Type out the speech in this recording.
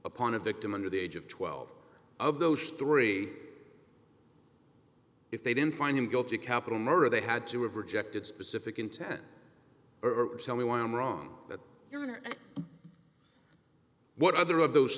upon a victim under the age of twelve of those three if they didn't find him guilty of capital murder they had to have rejected specific intent or tell me why i'm wrong that your honor and what either of those